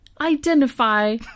identify